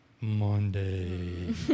Monday